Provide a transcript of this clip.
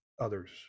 others